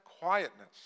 quietness